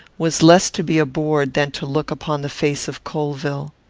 was less to be abhorred than to look upon the face of colvill.